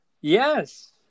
Yes